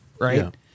right